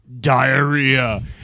diarrhea